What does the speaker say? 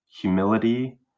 humility